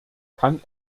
kann